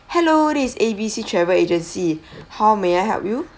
hello is A B C travel agency how may I help you